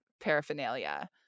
paraphernalia